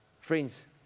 Friends